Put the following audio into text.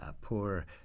Poor